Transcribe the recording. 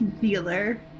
dealer